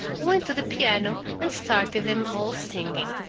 went to the piano and started them all singing.